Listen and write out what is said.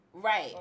Right